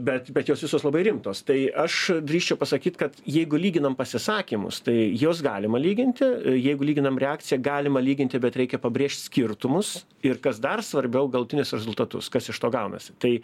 bet bet jos visos labai rimtos tai aš drįsčiau pasakyt kad jeigu lyginam pasisakymus tai juos galima lyginti jeigu lyginam reakciją galima lyginti bet reikia pabrėžt skirtumus ir kas dar svarbiau galutinius rezultatus kas iš to gaunasi tai